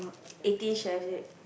Eighteen-Chefs is it